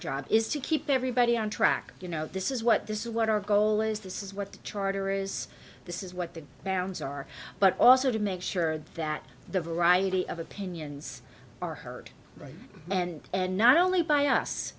job is to keep everybody on track you know this is what this is what our goal is this is what the charter is this is what the bounds are but also to make sure that the variety of opinions are heard right and and not only by us